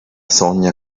sogna